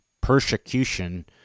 persecution